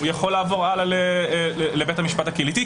והוא יכול לעבור הלאה לבית המשפט הקהילתי,